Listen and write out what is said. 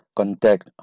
contact